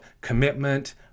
commitment